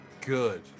Good